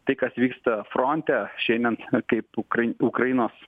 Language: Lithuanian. tai kas vyksta fronte išeinant kaip ukrai ukrainos